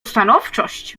stanowczość